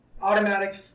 automatic